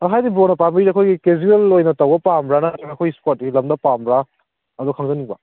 ꯍꯥꯏꯗꯤ ꯕ꯭ꯔꯣꯅ ꯄꯥꯝꯕꯤꯔꯤꯁꯦ ꯑꯩꯈꯣꯏꯒꯤ ꯀꯦꯖ꯭ꯋꯦꯜ ꯑꯣꯏꯅ ꯇꯧꯕ ꯄꯥꯝꯕ꯭ꯔꯥ ꯅꯠꯇ꯭ꯔꯒ ꯑꯩꯈꯣꯏꯒꯤ ꯏꯁꯄꯣꯔꯠꯀꯤ ꯂꯝꯗ ꯄꯥꯝꯕ꯭ꯔꯥ ꯑꯗꯨ ꯈꯪꯖꯅꯤꯡꯕ